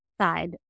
side